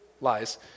lies